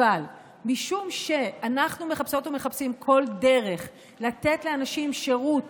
אבל משום שאנחנו מחפשות ומחפשים כל דרך לתת לאנשים שירות